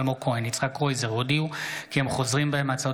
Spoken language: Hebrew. אלמוג כהן ויצחק קרויזר הודיעו כי הם חוזרים בהם מהצעות